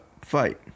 fight